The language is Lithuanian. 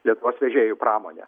lietuvos vežėjų pramonę